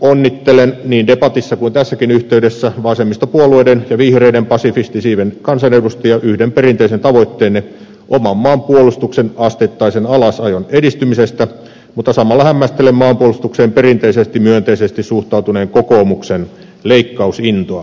onnittelen niin debatissa kuin tässäkin yhteydessä vasemmistopuolueiden ja vihreiden pasifistisiiven kansanedustajia yhden perinteisen tavoitteenne oman maan puolustuksen asteittaisen alasajon edistymisestä mutta samalla hämmästelen maanpuolustukseen perinteisesti myönteisesti suhtautuneen kokoomuksen leikkausintoa